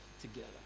together